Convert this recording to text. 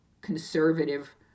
conservative